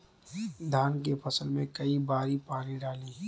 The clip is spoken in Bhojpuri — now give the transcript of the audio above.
धान के फसल मे कई बारी पानी डाली?